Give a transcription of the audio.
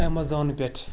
Amazon پٮ۪ٹھ